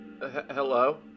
hello